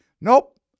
nope